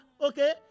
okay